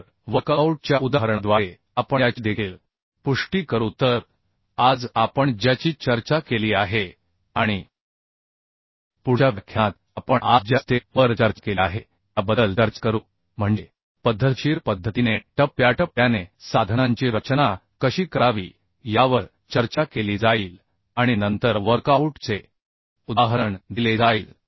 तर वर्कआउट च्या उदाहरणाद्वारे आपण याची देखील पुष्टी करू तर आज आपण ज्याची चर्चा केली आहे आणि पुढच्या व्याख्यानात आपण आज ज्या स्टेप वर चर्चा केली आहे त्याबद्दल चर्चा करू म्हणजे पद्धतशीर पद्धतीने टप्प्याटप्प्याने साधनांची रचना कशी करावी यावर चर्चा केली जाईल आणि नंतर वर्कआऊट चे उदाहरण दिले जाईल